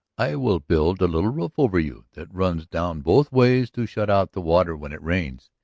i will build a little roof over you that runs down both ways to shut out the water when it rains.